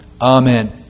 Amen